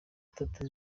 atatu